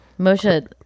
Moshe